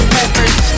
Peppers